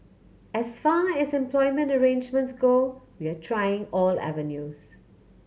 as far as employment arrangements go we are trying all avenues